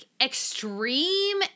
extreme